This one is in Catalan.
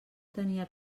tenia